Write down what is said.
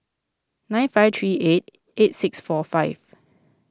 nine five three eight eight six four five